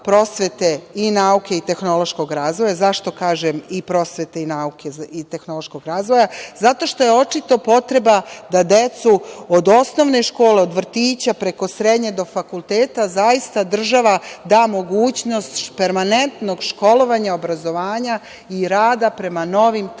prosvete, i nauke i tehnološkog razvoja. Zašto kažem i prosvete, i nauke, i tehnološkog razvoja? Zato što je očito potreba da decu od osnovne škole, od vrtića, preko srednje do fakulteta zaista država da mogućnost permanentnog školovanja, obrazovanja i rada prema novim tržišnim